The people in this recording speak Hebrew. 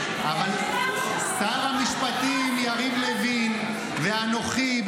--- אבל שר המשפטים יריב לוין ואנוכי,